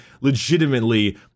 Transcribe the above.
legitimately